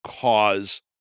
cause